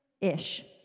ish